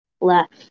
left